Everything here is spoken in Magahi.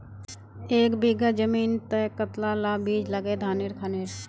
एक बीघा जमीन तय कतला ला बीज लागे धानेर खानेर?